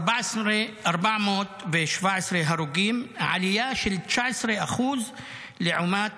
417 הרוגים, עלייה של 19% לעומת